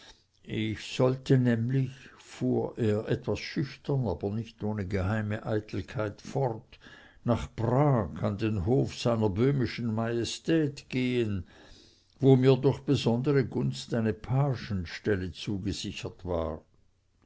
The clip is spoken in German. ich sollte nämlich fuhr er etwas schüchtern aber nicht ohne geheime eitelkeit fort nach prag an den hof seiner böhmischen majestät gehen wo mir durch besondere gunst eine pagenstelle zugesichert war